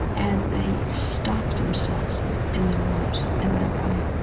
and they stop themselves in their lives in that way.